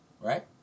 right